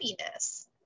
happiness